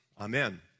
Amen